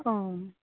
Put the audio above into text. औ